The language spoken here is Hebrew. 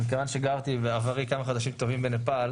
אבל מכיוון שגרתי בעברי כמה חודשים טובים בנפאל,